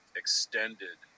extended